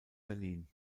berlin